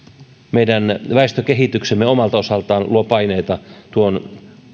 meidän väestökehityksemme omalta osaltaan luo paineita tuon